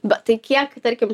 bet tai kiek tarkim